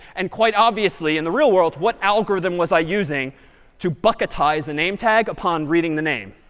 and quite obviously in the real world, what algorithm was i using to bucketize a name tag upon reading the name?